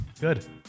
Good